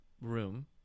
room